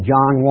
John